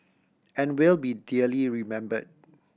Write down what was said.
and will be dearly remembered